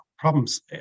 problems